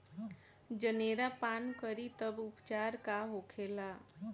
जनेरा पान करी तब उपचार का होखेला?